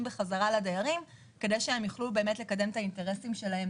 בחזרה לדיירים כדי שהם יוכלו לקדם את האינטרסים שלהם